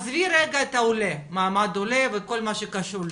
עזבי רגע את העולה, מעמד עולה וכל מה שקשור לזה,